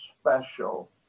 special